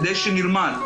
כדי שנלמד.